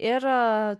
ir